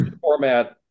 format